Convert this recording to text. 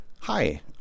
Hi